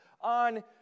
on